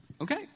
Okay